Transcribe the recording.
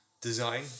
design